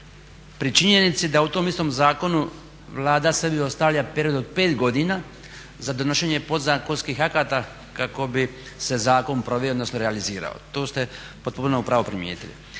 pri činjenici da u tom istom zakonu Vlada sebi ostavlja period od pet godina za donošenje podzakonskih akata kako bi se zakon proveo odnosno realizirali, to ste potpuno u pravu primijetili.